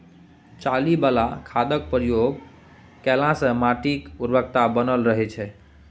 चाली बला खादक प्रयोग केलासँ माटिक उर्वरता बनल रहय छै